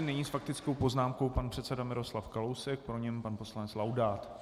Nyní s faktickou poznámkou pan předseda Miroslav Kalousek, po něm pan poslanec Laudát.